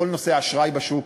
לכל נושא האשראי בשוק,